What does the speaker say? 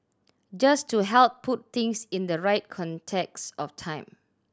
just to help put things in the right context of time